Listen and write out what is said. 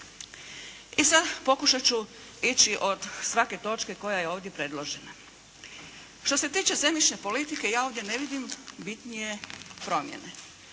I sad pokušat ću ići od svake točke koja je ovdje predložena. Što se tiče zemljišne politike ja ovdje ne vidim bitnije promjene.